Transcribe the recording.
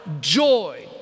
Joy